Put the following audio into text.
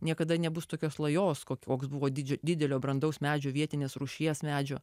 niekada nebus tokios lajos koks buvo dydžiu didelio brandaus medžio vietinės rūšies medžių